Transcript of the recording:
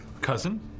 Cousin